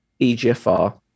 EGFR